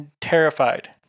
terrified